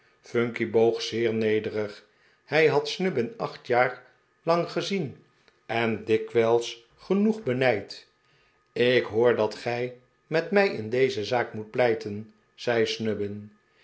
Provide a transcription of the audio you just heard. phunky boog zeer nederig hij had snubbin acht jaar lang gezien en dikwijls genoeg benijd ik hoor dat gij met mij in deze zaak moet pleiten zei